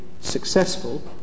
successful